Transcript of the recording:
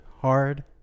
hard